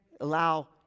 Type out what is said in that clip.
allow